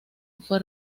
fue